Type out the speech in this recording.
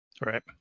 right